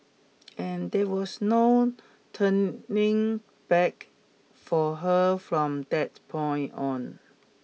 and there was no turning back for her from that point on